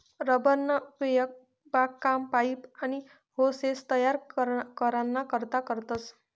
rubber ना उपेग बागकाम, पाइप, आनी होसेस तयार कराना करता करतस